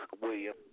William